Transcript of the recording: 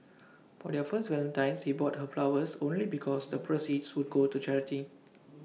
for their first Valentine's he bought her flowers only because the proceeds would go to charity